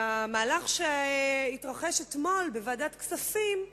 והמהלך שהתרחש אתמול בוועדת כספים,